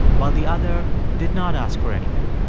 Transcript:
while the other did not ask for anything.